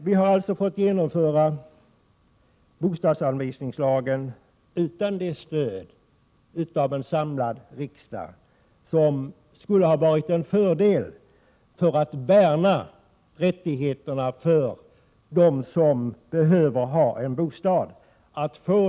Vi har alltså fått införa bostadsanvisningslagen utan det stöd av en samlad riksdag som skulle ha varit en fördel när det gäller att värna rättigheterna för dem som behöver ha en bostad.